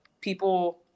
people